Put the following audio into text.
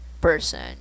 person